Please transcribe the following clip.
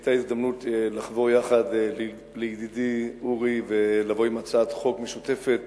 כשהיתה הזדמנות לחבור לידידי אורי ולבוא בהצעת חוק משותפת